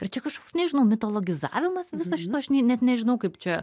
ir čia kažkoks nežinau mitologizavimas viso šito aš net nežinau kaip čia